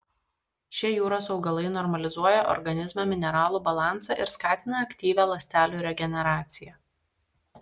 šie jūros augalai normalizuoja organizme mineralų balansą ir skatina aktyvią ląstelių regeneraciją